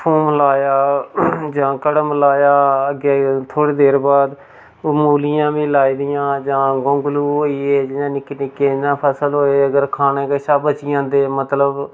थोम लाया जां कड़म लाया अग्गे थोह्ड़ी देर बाद मूलियां बी लाई दियां जां गोंगलू होई गे जि'यां निक्के निक्के इ'यां फसल होऐ अगर खाने कशा बची जंदे मतलब